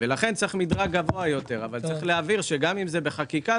לכן צריך מדרג גבוה יותר אבל צריך להבהיר שגם אם זה בחקיקה,